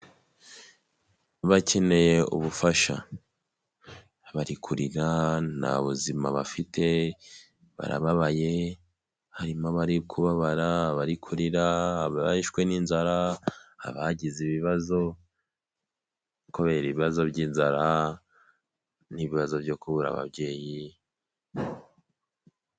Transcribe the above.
Bakeneye ubufasha, bari kurira nta buzima bafite, barababaye, harimo abari kubabara, abari kurira, abishwe n'inzara, abagize ibibazo kubera ibibazo by'inzara n'ibibazo byo kubura ababyeyi.